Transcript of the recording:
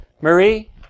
Marie